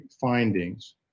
findings